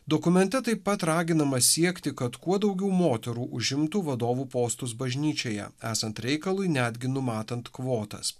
dokumente taip pat raginama siekti kad kuo daugiau moterų užimtų vadovų postus bažnyčioje esant reikalui netgi numatant kvotas